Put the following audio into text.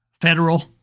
federal